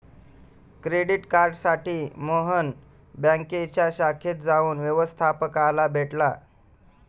credit कार्डसाठी मोहन बँकेच्या शाखेत जाऊन व्यवस्थपकाला भेटला